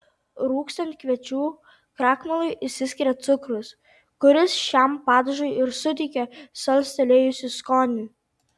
rūgstant kviečių krakmolui išsiskiria cukrus kuris šiam padažui ir suteikia salstelėjusį skonį